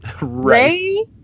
Ray